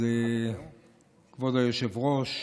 אז כבוד היושב-ראש,